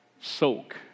soak